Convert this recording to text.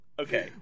okay